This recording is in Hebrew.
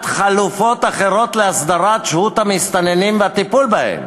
חלופות אחרות להסדרת שהות המסתננים והטיפול בהם.